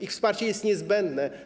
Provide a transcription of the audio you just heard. Ich wsparcie jest niezbędne.